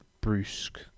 Brusque